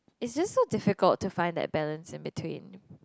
it's just so difficult to find that balance in between